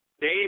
Dave